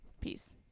Peace